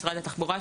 משרד התחבורה,